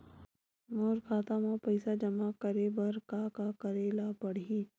मोर खाता म पईसा जमा करे बर का का करे ल पड़हि?